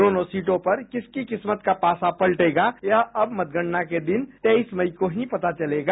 दोनों सीटों पर किसकी किस्मत का पास पलटेगा यह अब मतगणना के दिन तेईस मई को ही पता चलेगा